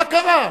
מה קרה?